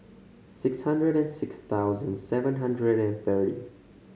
six hundred and six thousand seven hundred and thirty